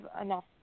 enough